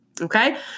Okay